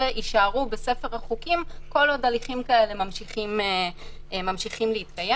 יישארו בספר החוקים כל עוד הליכים כאלה ממשיכים להתקיים.